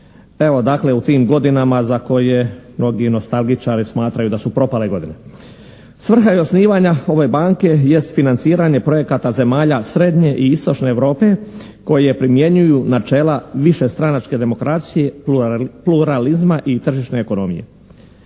Evo, dakle, u tim godinama za koje mnogi nostalgičari smatraju da su propale godine. Svrha je osnivanja ove banke jest financiranje projekata zemalja srednje i istočne Europe koje primjenjuju načela višestranačke demokracije pluralizma i tržišne ekonomije.